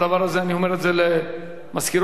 אני אומר את זה למזכירות הכנסת,